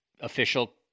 official